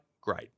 Great